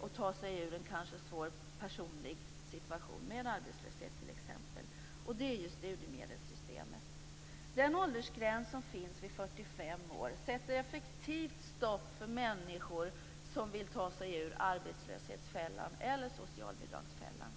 och kanske ta sig ur en svår personlig situation med arbetslöshet t.ex., och det är studiemedelssystemet. Den åldersgräns som finns vid 45 år sätter effektivt stopp för människor som vill ta sig ur arbetslöshetsfällan eller socialbidragsfällan.